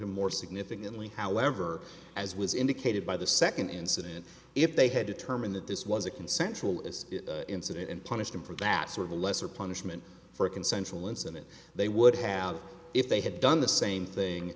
him more significantly however as was indicated by the second incident if they had determined that this was a consensual as incident and punished him for that sort of a lesser punishment for a consensual incident they would have if they had done the same